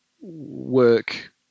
work